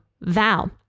vow